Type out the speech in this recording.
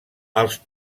els